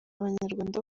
abanyarwanda